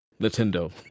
Nintendo